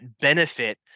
benefit